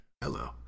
Hello